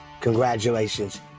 Congratulations